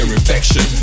infection